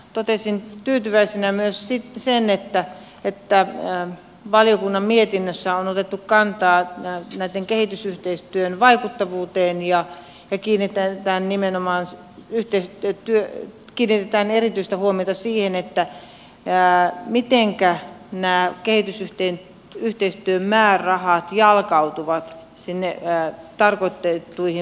totesin tyytyväisenä sen että valiokunnan mietinnössä on otettu kantaa kehitysyhteistyön vaikuttavuuteen ja hikinen täyttää nimenomaan se yhteistyö työ kiinnitetään erityistä huomiota siihen miten kehitysyhteistyön määrärahat jalkautuvat sinne tarkoitettuihin paikkoihin